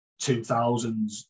2000s